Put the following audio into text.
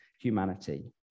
humanity